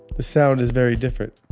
the sound is very different